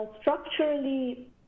structurally